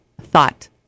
thought